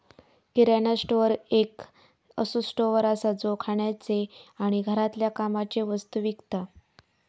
किराणा store एक असो store असा जो खाण्याचे आणि घरातल्या कामाचे वस्तु विकता